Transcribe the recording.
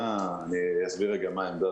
אסביר מה העמדה,